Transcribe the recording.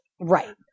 Right